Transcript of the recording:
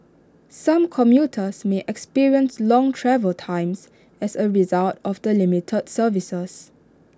some commuters may experience long travel times as A result of the limited services